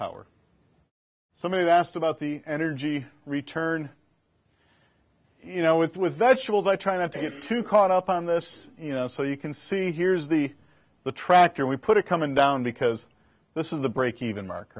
power so many asked about the energy return you know with with vegetables i try not to get too caught up on this so you can see here's the the tractor we put it coming down because this is the breakeven mark